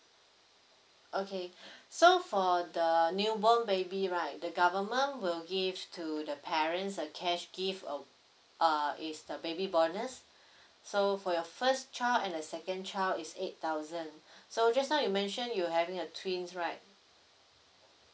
okay so for the newborn baby right the government will give to the parents a cash gift uh uh is the baby bonus so for your first child and the second child is eight thousand so just now you mention you having a twin right